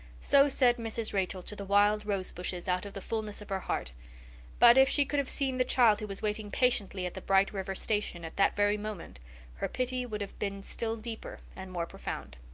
so said mrs. rachel to the wild rose bushes out of the fulness of her heart but if she could have seen the child who was waiting patiently at the bright river station at that very moment her pity would have been still deeper and more profound.